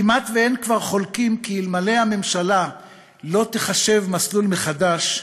כמעט אין כבר חולקים כי אם הממשלה לא תחשב מסלול מחדש,